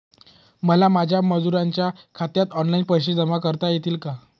मला माझ्या मजुरांच्या खात्यात ऑनलाइन पैसे जमा करता येतील का?